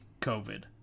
COVID